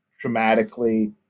dramatically